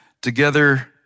together